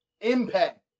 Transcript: impact